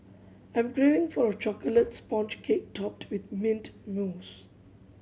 I am craving for a chocolate sponge cake topped with mint mousse